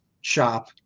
shop